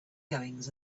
goings